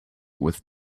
with